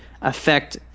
affect